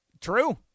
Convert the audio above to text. True